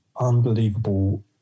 unbelievable